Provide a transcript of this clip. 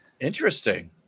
interesting